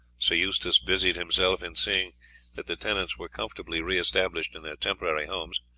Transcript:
sir eustace busied himself in seeing that the tenants were comfortably re-established in their temporary homes.